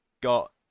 got